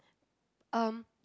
um